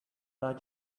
what